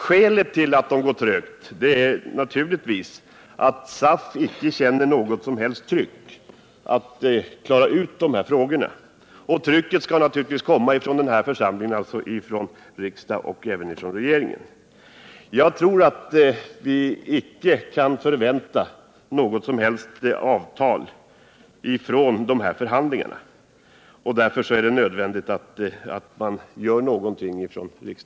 Skälet till det är naturligtvis att SAF inte känner något som helst tryck när det gäller att klara ut de här frågorna. Det trycket skall givetvis komma från den här församlingen — riksdagen — och även från regeringen. Jag tror att vi inte kan förvänta något som helst avtal som resultat av dessa förhandlingar. Därför är det nödvändigt att riksdagen gör något.